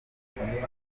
amahugurwa